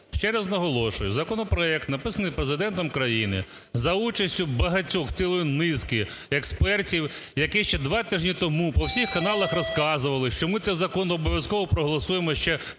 Ще раз наголошую, законопроект, написаний Президентом України, за участю багатьох, цілої низки експертів, який ще два тижні тому, по всіх каналах розказували, що ми цей закон обов'язково проголосуємо ще